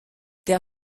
der